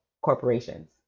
corporations